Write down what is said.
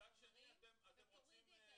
מצד שני אתם --- תתייחסי להליך החוקי שדרכו אפשר